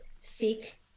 seek